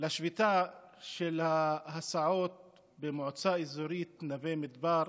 של השביתה של ההסעות במועצה אזורית נווה מדבר,